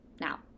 Now